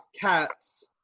cats